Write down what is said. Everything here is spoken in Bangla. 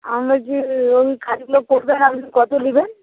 আমার যে ওই কাজগুলো করবেন আপনি কত নেবেন